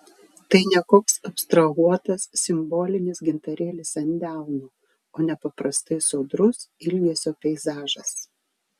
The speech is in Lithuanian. tai ne koks abstrahuotas simbolinis gintarėlis ant delno o nepaprastai sodrus ilgesio peizažas